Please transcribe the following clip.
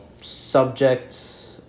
Subject